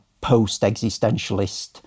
post-existentialist